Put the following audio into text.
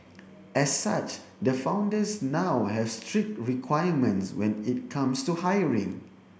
as such the founders now have strict requirements when it comes to hiring